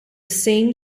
same